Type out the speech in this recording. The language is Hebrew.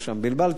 בלבלת אותי.